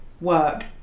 work